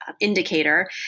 indicator